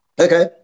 okay